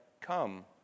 come